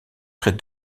près